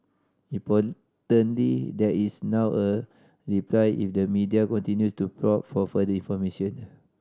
importantly there is now a reply if the media continues to probe for further information